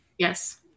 Yes